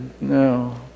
No